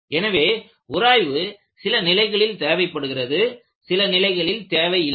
எனவே உராய்வு சில நிலைகளில் தேவைப்படுகிறது சில நிலைகளில் தேவை இல்லை